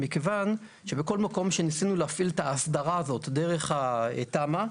מכיוון שבכל מקום שניסינו להפעיל את ההסדרה הזאת דרך התמ"א,